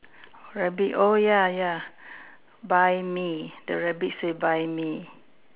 rabbit oh ya ya buy me the rabbit say buy me